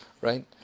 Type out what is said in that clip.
right